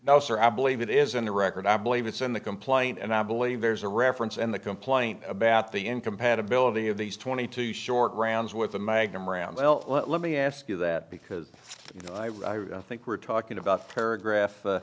now sir i believe it is in the record i believe it's in the complaint and i believe there's a reference in the complaint about the end compatibility of these twenty two short rounds with a magnum around well let me ask you that because you know i think we're talking about paragraph